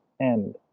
End